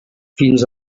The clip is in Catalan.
fins